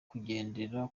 kugendera